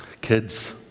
Kids